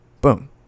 Boom